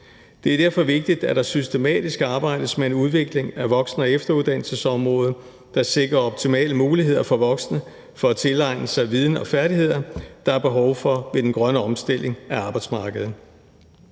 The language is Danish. Det er derfor vigtigt, at der systematisk arbejdes med en udvikling af voksen- og efteruddannelsesområdet, der sikrer optimale muligheder for voksne for at tilegne sig viden og færdigheder, der er behov for ved den grønne omstilling af arbejdsmarkedet.